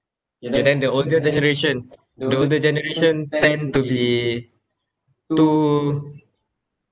ya then the older generation the older generation tend to be too